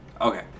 Okay